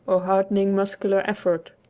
or hardening muscular effort.